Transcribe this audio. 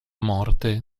morte